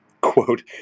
quote